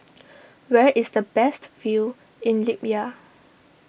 where is the best view in Libya